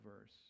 verse